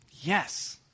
Yes